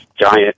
giant